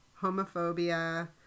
homophobia